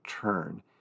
turn